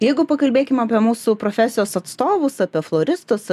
jeigu pakalbėkim apie mūsų profesijos atstovus apie floristus